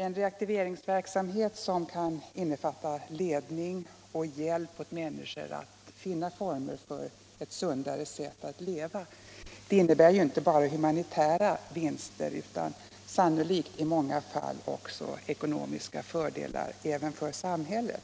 En reaktiveringsverksamhet som kan innefatta lindring och hjälp åt människor att finna former för ett sundare sätt att leva innebär ju inte bara humanitära vinster utan sannolikt i många fall också ekonomiska fördelar för samhället.